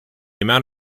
amount